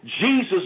Jesus